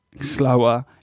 slower